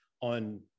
on